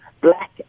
black